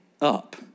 up